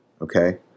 Okay